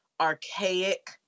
archaic